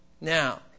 Now